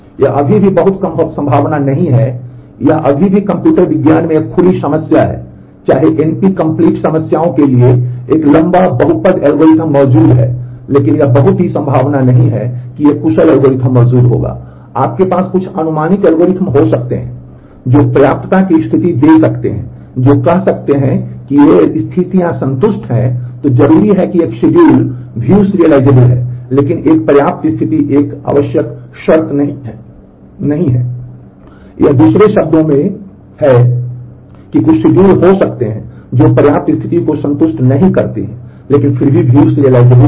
यह किसी भी प्रकार के बहुपद समय एल्गोरिथ्म view serializable है लेकिन एक पर्याप्त स्थिति एक आवश्यक शर्त नहीं है यह दूसरे शब्दों में है कि कुछ schedules हो सकते हैं जो पर्याप्त स्थिति को संतुष्ट नहीं करती हैं लेकिन फिर भी view serializable हैं